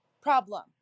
problem